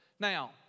Now